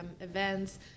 events